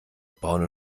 braune